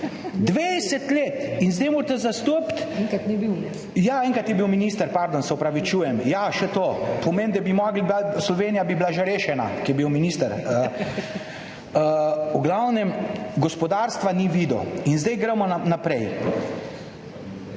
20 let. In zdaj morate zastopiti. Enkrat je bil minister, pardon, se opravičujem, še to. To pomeni, da bi morala biti Slovenija že rešena, ko je bil minister. V glavnem, gospodarstva ni videl. In zdaj gremo naprej.